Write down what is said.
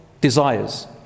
desires